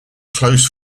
close